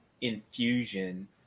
infusion